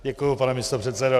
Děkuji, pane místopředsedo.